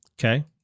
Okay